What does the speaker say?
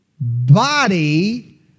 Body